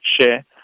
share